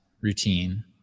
routine